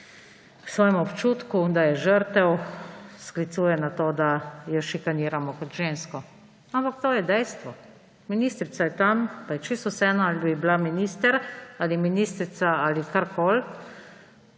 v svojem občutku, da je žrtev, sklicuje na to, da jo šikaniramo kot žensko. Ampak to je dejstvo, ministrica je tam – pa je čisto vseeno, ali bi bila minister ali ministrica ali karkoli